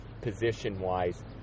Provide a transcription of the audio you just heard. position-wise